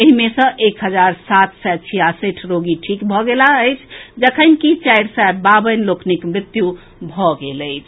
एहि मे सँ एक हजार सात सय छियासठि रोगी ठीक भऽ गेलाह अछि जखनकि चारि सय बावन लोकनिक मृत्यु भऽ गेल अछि